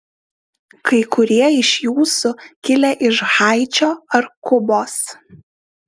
kai kurie iš jūsų kilę iš haičio ar kubos